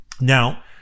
Now